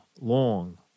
long